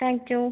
thank you